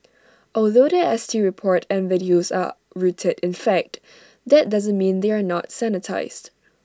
although The S T report and videos are rooted in fact that doesn't mean they are not sanitised